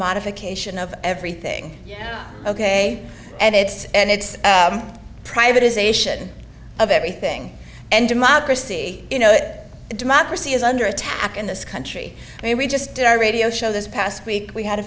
commodification of everything ok and it's and it's privatization of everything and democracy you know that democracy is under attack in this country i mean we just did our radio show this past week we had a